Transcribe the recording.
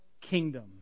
kingdom